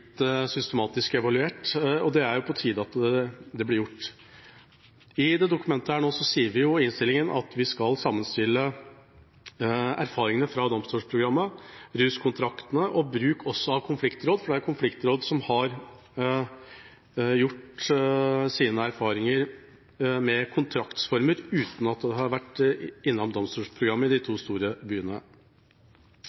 systematisk evaluert, og det er på tide at det blir gjort. I innstillinga til Dokument 8:64 S sier vi at vi skal sammenstille erfaringene fra domstolsprogrammet, ruskontraktene og bruken av konfliktråd, for det er konfliktrådene som har gjort sine erfaringer med kontraktsformer uten at det har vært innom domstolsprogrammet i de to store byene.